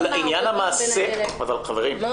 אבל עניין המעשה --- לא,